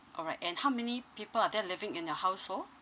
all right and how many people are there living in your household